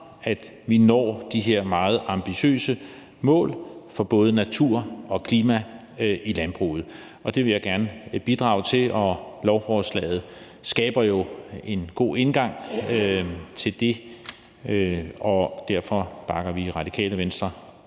at vi når de her meget ambitiøse mål for både natur og klima i landbruget. Det vil jeg gerne bidrage til, og lovforslaget skaber jo en god indgang til det. Derfor bakker vi i Radikale Venstre